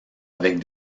avec